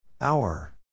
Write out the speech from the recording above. Hour